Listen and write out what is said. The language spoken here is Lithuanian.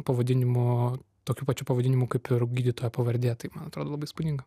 pavadinimu tokiu pačiu pavadinimu kaip ir gydytojo pavardė tai man atrodo įspūdinga